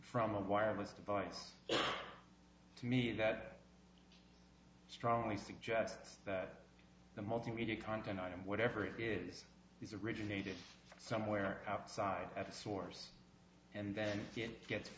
from a wireless device to me that strongly suggests that the multimedia content item whatever it is is originated somewhere outside at the source and then it gets